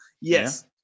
Yes